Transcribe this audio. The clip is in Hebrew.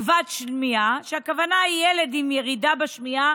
כבד שמיעה, הכוונה היא לילד עם ירידה בשמיעה